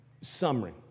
summary